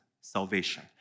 salvation